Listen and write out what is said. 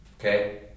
okay